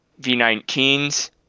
V19s